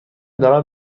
دارم